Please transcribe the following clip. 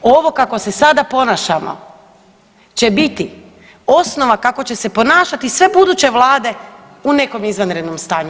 Ovo kako se sada ponašamo će biti osnova kako će se ponašati sve buduće vlade u nekom izvanrednom stanju.